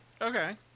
Okay